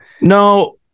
no